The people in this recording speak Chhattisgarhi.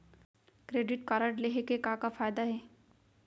क्रेडिट कारड लेहे के का का फायदा हे?